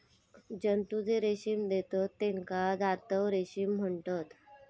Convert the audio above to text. जंतु जे रेशीम देतत तेका जांतव रेशीम म्हणतत